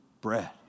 bread